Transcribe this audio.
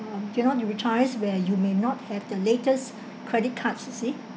uh they're not retires where you may not have the latest credit cards you see